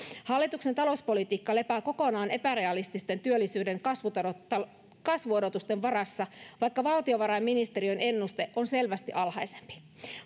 hallituksen talouspolitiikka lepää kokonaan epärealististen työllisyyden kasvuodotusten varassa vaikka valtiovarainministeriön ennuste on selvästi alhaisempi